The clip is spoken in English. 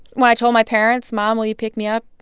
when i told my parents mom, will you pick me up?